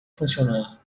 funcionar